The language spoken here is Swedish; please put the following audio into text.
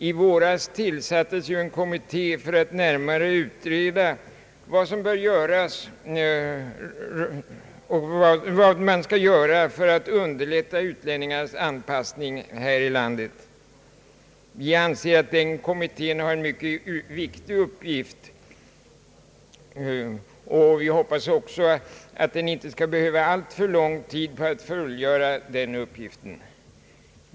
I våras tillsattes en kommitté för att närmare utreda vad man kan göra för att underlätta utlänningarnas anpassning här i landet. Den kommittén har en mycket viktig uppgift, och jag hoppas att den inte skall behöva alltför lång tid för att fullgöra den uppgiften.